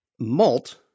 Malt